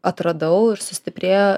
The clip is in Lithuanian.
atradau ir sustiprėjo